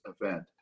event